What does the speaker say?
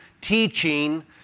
teaching